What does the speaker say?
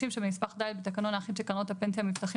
נשים" שבנספח ד' בתקנון האחיד של קרנות הפנסיה מבטחים